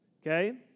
Okay